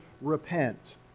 repent